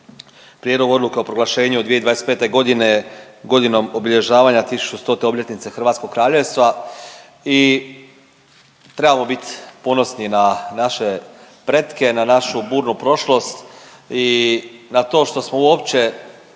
Prijedlog Odluke o proglašenju 2025. godine godinom obilježavanja 1100 obljetnice hrvatskog kraljevstva i trebamo bit ponosni na naše pretke, na našu burnu prošlost i na to što smo uopće